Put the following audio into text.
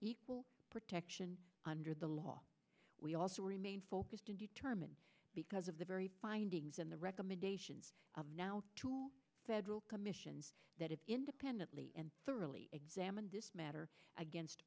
equal protection under the law we also remain focused and determined because of the very findings and the recommendations of now two federal commissions that have independently and thoroughly examined this matter against